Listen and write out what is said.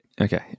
Okay